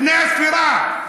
לפני הספירה.